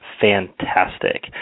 fantastic